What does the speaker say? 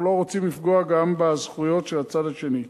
אנחנו לא רוצים לפגוע גם בזכויות של הצד השני.